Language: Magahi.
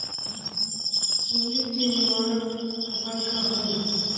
सुंडी के निवारक उपाय का होए?